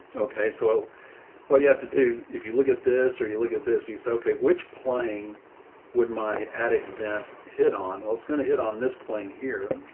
okay. so what you have to do, if you look at this, or you look at this and you say, okay, which plane would my attic vent hit on? well, it's going to hit on this plane here.